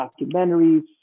documentaries